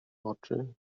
oczy